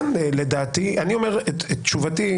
אני אומר את תשובתי,